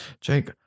Jake